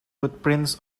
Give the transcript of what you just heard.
footprints